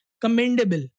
commendable